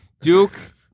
Duke